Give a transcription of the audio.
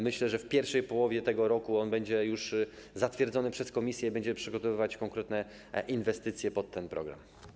Myślę, że w I połowie tego roku on będzie już zatwierdzony przez Komisję i będziemy przygotowywać konkretne inwestycje pod ten program.